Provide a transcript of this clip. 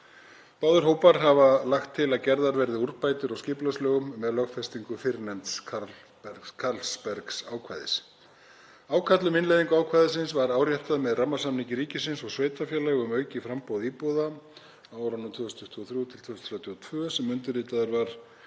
Báðir hópar hafa lagt til að gerðar verði úrbætur á skipulagslögum með lögfestingu fyrrnefnds Carlsberg-ákvæðis. Ákall um innleiðingu ákvæðisins var áréttað með rammasamningi ríkis og sveitarfélaga um aukið framboð íbúða á árunum 2023–2032 sem undirritaður var